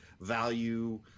value